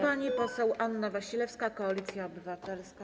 Pani poseł Anna Wasilewska, Koalicja Obywatelska.